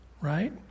right